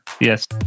Yes